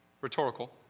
Rhetorical